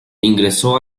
ingresó